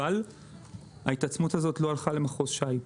אבל ההתעצמות הזאת לא הלכה למחוז ש"י,